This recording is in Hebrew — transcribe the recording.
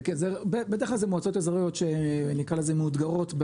--- בדרך כלל זה מועצות אזוריות שנקרא לזה "מאותגרות",